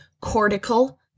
cortical